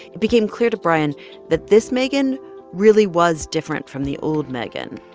it became clear to brian that this megan really was different from the old megan.